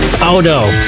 Auto